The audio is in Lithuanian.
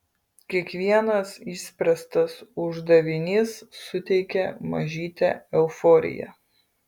kiekvienas išspręstas uždavinys suteikia mažytę euforiją